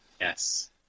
Yes